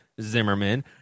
Zimmerman